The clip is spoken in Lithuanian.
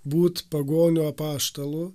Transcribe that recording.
būt pagonių apaštalu